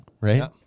right